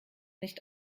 nicht